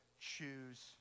choose